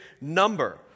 number